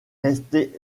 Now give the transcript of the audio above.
restée